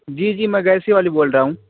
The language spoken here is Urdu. جی جی میں گیس ہی والی بول رہا ہوں